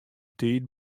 tiid